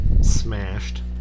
smashed